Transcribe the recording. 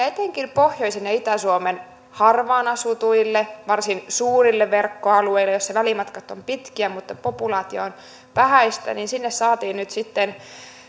etenkin pohjoisen ja itä suomen harvaan asutuille varsin suurille verkkoalueille missä välimatkat ovat pitkiä mutta populaatio on vähäistä saatiin nyt sitten